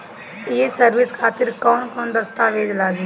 ये सर्विस खातिर कौन कौन दस्तावेज लगी?